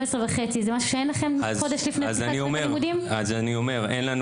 זה משהו שאין לכם חודש לפני פתיחת שנת הלימודים?) אין לנו.